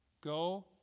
Go